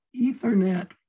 Ethernet